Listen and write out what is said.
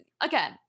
again